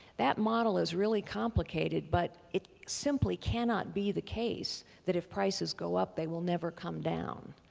that model is really complicated, but it simply cannot be the case that if prices go up they will never come down.